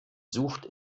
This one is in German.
sucht